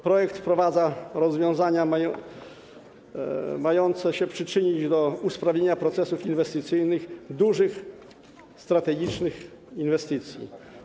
Projekt wprowadza rozwiązania mające się przyczynić do usprawnienia procesów inwestycyjnych w zakresie dużych, strategicznych inwestycji.